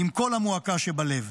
עם כל המועקה שבלב.